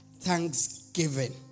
thanksgiving